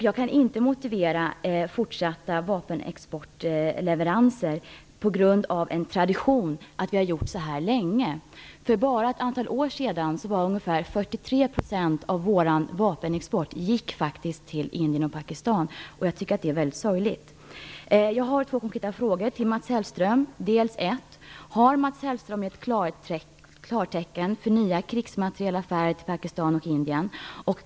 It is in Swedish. Jag kan inte motivera fortsatta vapenexportleveranser på grund av en tradition, att vi har gjort så här länge. För bara ett antal år sedan gick ungefär 43 % av vår vapenexport till Indien och Pakistan. Jag tycker att det är mycket sorgligt. Jag har två skilda frågor till Mats Hellström: Har Mats Hellström ett klartecken för nya krigsmaterielaffärer med Pakistan och Indien?